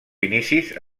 inicis